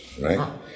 right